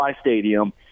Stadium